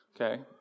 Okay